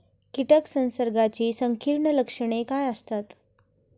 कीटक संसर्गाची संकीर्ण लक्षणे काय असतात?